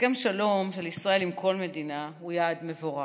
הסכם שלום של ישראל עם כל מדינה הוא יעד מבורך.